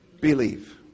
believe